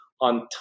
on